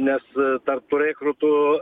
nes tarp tų rekrūtų